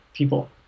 people